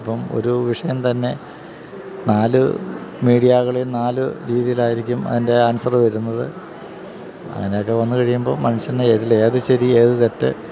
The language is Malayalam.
ഇപ്പം ഒരു വിഷയം തന്നെ നാല് മീഡിയകളിലും നാല് രീതിയിലായിരിക്കും അതിൻ്റെ ആൻസര് വരുന്നത് അങ്ങനെയൊക്കെ വന്നുകഴിയുമ്പോള് മനുഷ്യന് ഇതില് ഏത് ശരി ഏത് തെറ്റ്